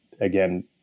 again